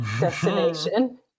destination